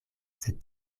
sed